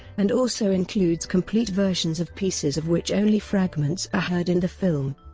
and also includes complete versions of pieces of which only fragments are heard in the film.